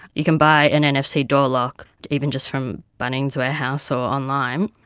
you can buy an nfc door lock even just from bunnings warehouse or online.